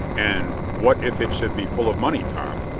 and what if it should be full of money, tom?